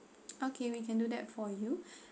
okay we can do that for you